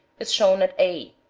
is shown at a,